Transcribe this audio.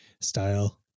style